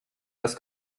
das